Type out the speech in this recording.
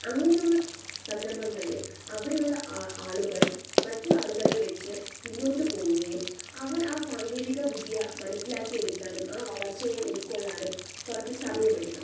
അങ്ങനെയുള്ള സന്ദർഭങ്ങളിൽ അവിടെയുള്ള ആ ആളുകൾ മറ്റു ആളുകളെ വെച്ച് പിന്നോട്ട് പോവുകയും അവർ ആ സാങ്കേതികവിദ്യ മനസ്സിലാക്കി എടുക്കാനും ആ വളർച്ചയെ ഉൾക്കൊള്ളാനും കുറച്ച് സമയമെടുക്കും